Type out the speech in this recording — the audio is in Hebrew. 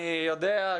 אני יודע,